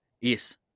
yes